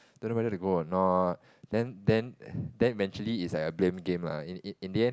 don't know whether to go or not then then then eventually is like a blame game lah in in the end